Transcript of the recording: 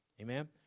Amen